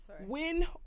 Win